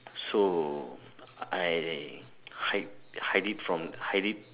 so I hide hide it from hide it